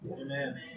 Amen